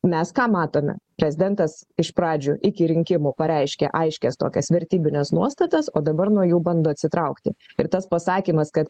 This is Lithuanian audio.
mes ką matome prezidentas iš pradžių iki rinkimų pareiškė aiškias tokias vertybines nuostatas o dabar nuo jų bando atsitraukti ir tas pasakymas kad